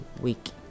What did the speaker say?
week